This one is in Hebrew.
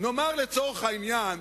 נאמר, לצורך העניין,